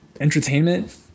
entertainment